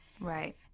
Right